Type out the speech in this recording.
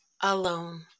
alone